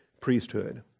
priesthood